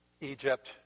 Egypt